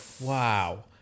wow